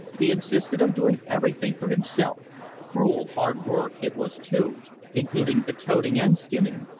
he insisted on doing everything for himself cruel hard work it was too including the toting and skinning.